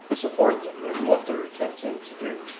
support them and what they're attempting to do.